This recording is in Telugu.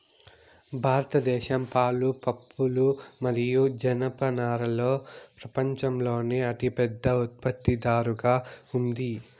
భారతదేశం పాలు, పప్పులు మరియు జనపనారలో ప్రపంచంలోనే అతిపెద్ద ఉత్పత్తిదారుగా ఉంది